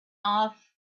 off